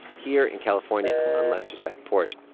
here in california, on lester's back porch,